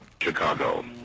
Chicago